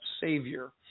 savior